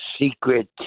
secret